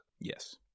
Yes